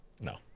No